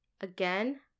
Again